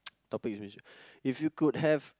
topic is which if you could have